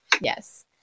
Yes